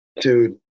Dude